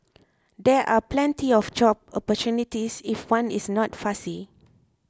there are plenty of job opportunities if one is not fussy